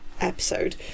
episode